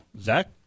zach